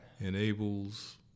enables